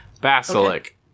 Basilic